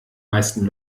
meisten